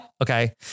Okay